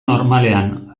normalean